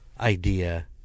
idea